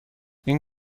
این